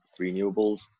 renewables